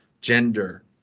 gender